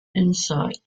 insight